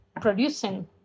producing